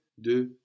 de